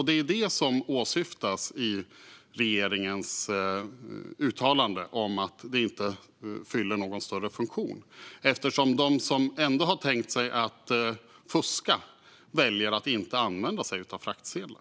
Det är vad som åsyftas i regeringens uttalande om att de inte fyller någon större funktion eftersom de som ändå har tänkt sig att fuska väljer att inte använda sig av fraktsedlar.